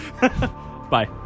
bye